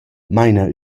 maina